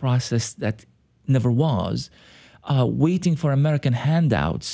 process that never was waiting for american handouts